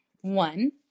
One